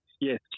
Yes